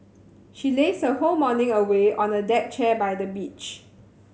she lazed her whole morning away on a deck chair by the beach